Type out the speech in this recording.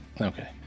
Okay